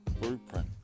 Blueprint